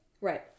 Right